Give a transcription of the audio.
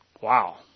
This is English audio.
Wow